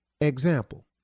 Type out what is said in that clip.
Example